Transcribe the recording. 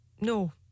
No